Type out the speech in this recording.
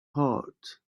heart